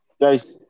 Guys